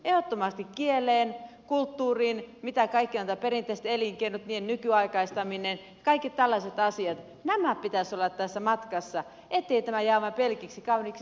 ehdottomasti kieleen kulttuuriin liittyvät asiat mitä kaikkia on näiden perinteisten elinkeinojen nykyaikaistaminen kaikki tällaiset asiat näiden pitäisi olla tässä matkassa ettei tämä jää vain pelkiksi kauniiksi sanoiksi